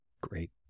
Great